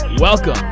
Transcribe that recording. Welcome